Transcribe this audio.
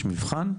יש מבחן?